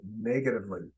negatively